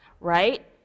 right